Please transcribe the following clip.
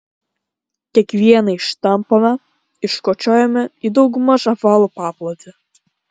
kiekvieną ištampome iškočiojame į daugmaž apvalų paplotį